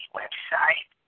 website